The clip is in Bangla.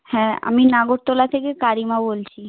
হ্যাঁ আমি নাগরতলা থেকে কারিমা বলছি